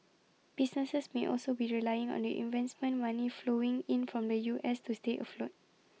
businesses may also be relying on the investment money flowing in from the U S to stay afloat